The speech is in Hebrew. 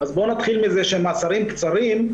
נתחיל מזה שמאסרים קצרים,